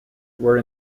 were